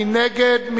מי נגד?